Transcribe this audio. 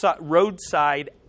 roadside